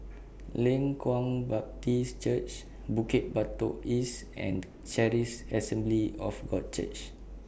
Leng Kwang Baptist Church Bukit Batok East and Charis Assembly of God Church